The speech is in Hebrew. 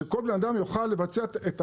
שכל בן אדם יוכל לבצע את התשלומים,